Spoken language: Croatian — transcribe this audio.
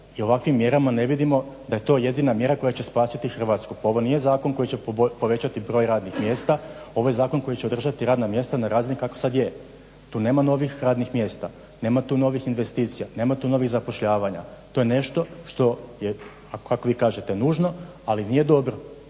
I ovakvim mjerama ne vidimo da je to jedina mjera koja će spasiti Hrvatsku. Pa ovo nije zakon koji će povećati broj radnih mjesta, ovo je zakon koji će održati radna mjesta na razini kako sad je. Tu nema novih radnih mjesta, nema tu novih investicija, nema tu novih zapošljavanja. To je nešto što je kako vi kažete nužno, ali nije dobro.